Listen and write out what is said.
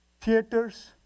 theaters